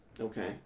Okay